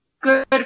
good